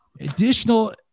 Additional